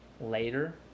later